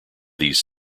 these